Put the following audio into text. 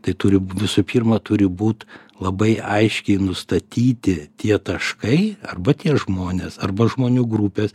tai turi visų pirma turi būt labai aiškiai nustatyti tie taškai arba tie žmonės arba žmonių grupės